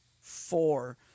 four